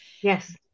Yes